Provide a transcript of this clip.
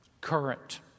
Current